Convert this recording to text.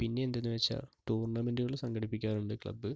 പിന്നെ എന്തെന്ന് വെച്ചാൽ ടൂർണമെന്റുകൾ സങ്കടിപ്പിക്കാറുണ്ട് ക്ലബ്